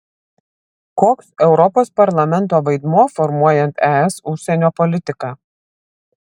koks europos parlamento vaidmuo formuojant es užsienio politiką